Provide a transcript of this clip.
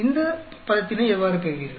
இந்த பதத்தினை எவ்வாறு பெறுவீர்கள்